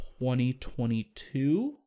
2022